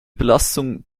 belastung